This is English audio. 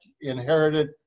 inherited